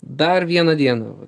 dar vieną dieną